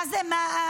מה זה מע"מ,